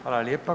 Hvala lijepa.